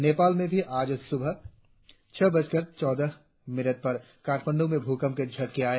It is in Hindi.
नेपाल में भी आज चूबह छह बजकर चौदह मिनट पर काठमांडु में भूकंप के झटके आए